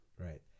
right